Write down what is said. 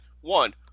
One